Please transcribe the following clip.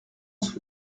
sous